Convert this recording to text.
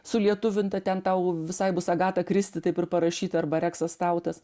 sulietuvinta ten tau visai bus agata kristi taip ir parašyta arba reksas tautas